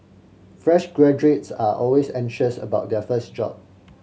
fresh graduates are always anxious about their first job